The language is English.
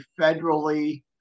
federally